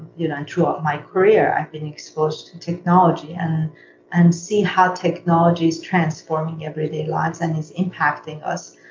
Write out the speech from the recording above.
you know and throughout my career, i've been exposed to technology and and see how technologies transforming everyday lives and it's impacting us,